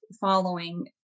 following